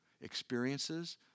experiences